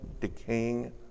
decaying